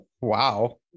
wow